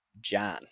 John